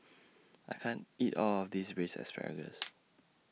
I can't eat All of This Braised Asparagus